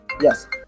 Yes